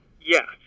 Yes